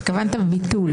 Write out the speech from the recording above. התכוונת ביטול.